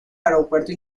aeropuerto